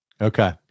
Okay